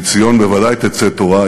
מציון בוודאי תצא תורה,